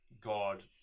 God